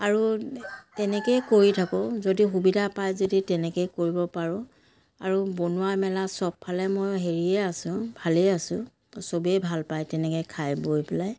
আৰু তেনেকৈয়ে কৰি থাকোঁ যদি সুবিধা পায় যদি তেনেকৈ কৰিব পাৰোঁ আৰু বনোৱা মেলা চবফালে মই হেৰিয়ে আছোঁ ভালেই আছো চবে ভাল পায় তেনেকৈ খাই বৈ পেলাই